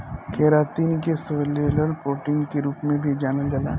keratin के scleral protein के रूप में भी जानल जाला